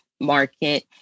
market